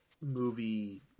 movie